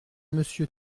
monsieur